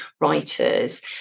writers